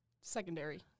Secondary